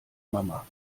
mama